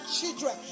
children